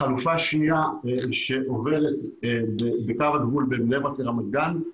חלופה שנייה שעוברת בקו הגבול בין בני ברק לרמת גן.